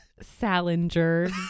Salinger